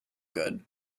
good